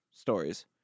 stories